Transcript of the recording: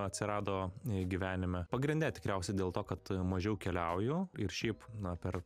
atsirado gyvenime pagrinde tikriausiai dėl to kad mažiau keliauju ir šiaip na per